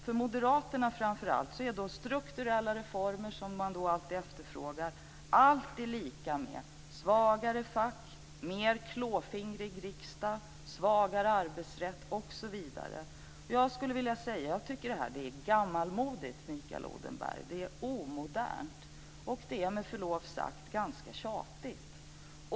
För Moderaterna är strukturella reformer - som man alltid efterfrågar - alltid lika med svagare fack, mer klåfingrig riksdag, svagare arbetsrätt osv. Jag tycker att detta är gammalmodigt, Mikael Odenberg. Det är omodernt. Och det är, med förlov sagt, ganska tjatigt.